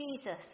Jesus